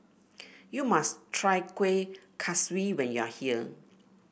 you must try Kueh Kaswi when you are here